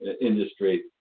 industry